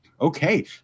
Okay